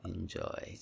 Enjoy